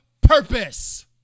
purpose